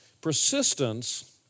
Persistence